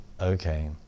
Okay